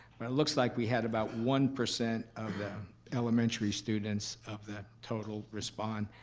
but it looks like we had about one percent of the elementary students of the total respond.